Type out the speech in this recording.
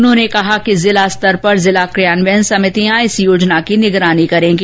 उन्होंने कहा कि जिला स्तर पर जिला कियान्वयन समितियां इस योजना की निगरानी करेगी